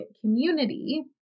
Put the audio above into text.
community